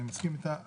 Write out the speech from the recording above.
אני מסכים איתה,